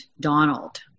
donald